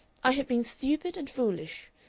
i have been stupid and foolish.